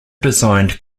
designed